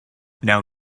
now